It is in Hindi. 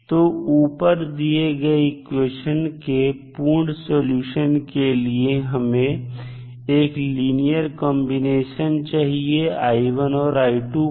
तो ऊपर दिए गए इक्वेशन के पूर्ण सॉल्यूशन के लिए हमें एक लीनियर कंबीनेशन चाहिए और का